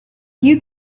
you